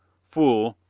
fool,